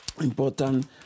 important